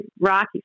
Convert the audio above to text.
rocky